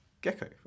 Gecko